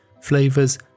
flavors